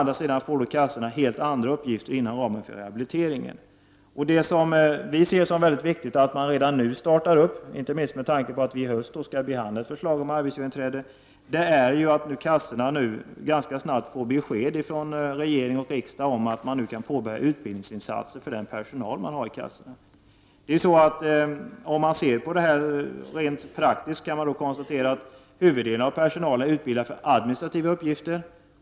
Däremot får försäkringskassorna helt andra uppgifter inom ramen för rehabiliteringen. Vi ser det som mycket viktigt — inte minst med tanke på att vi i höst skall behandla ett förslag om arbetsgivarinträde — att kassorna ganska snabbt får besked från regering och riksdag om att man nu kan påbörja utbildningsinsatser för den personal man har. Om man ser på det rent praktiskt kan man konstatera att huvuddelen av personalen är utbildad för administrativa uppgifter.